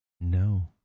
No